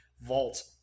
vault